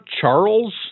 Charles